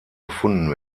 gefunden